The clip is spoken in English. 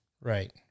Right